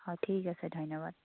অঁ ঠিক আছে ধন্যবাদ